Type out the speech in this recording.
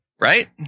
right